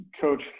coach